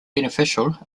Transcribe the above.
beneficial